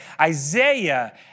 Isaiah